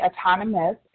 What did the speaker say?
autonomous